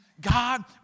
God